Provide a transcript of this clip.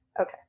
Okay